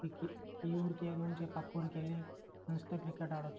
ఈ ఈ ఊరికే నుంచి పక్కూరికి వెళ్ళి ఫ్రెండ్స్తో క్రికెట్ ఆడొచ్చు